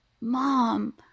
Mom